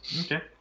Okay